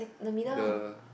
the